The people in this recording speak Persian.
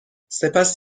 سپس